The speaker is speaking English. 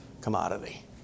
commodity